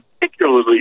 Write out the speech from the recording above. particularly